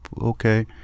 okay